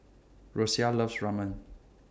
Rosia loves Ramen